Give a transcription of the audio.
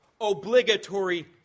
obligatory